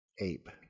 ape